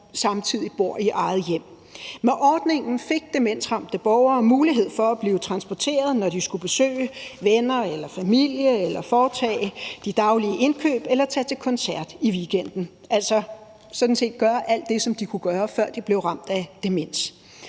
som samtidig bor i eget hjem. Med ordningen fik demensramte borgere mulighed for at blive transporteret, når de skulle besøge venner eller familie, foretage de daglige indkøb eller tage til koncert i weekenden, altså sådan set gøre alt det, som de kunne gøre, før de blev ramt af demens.